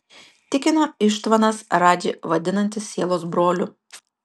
tikino ištvanas radžį vadinantis sielos broliu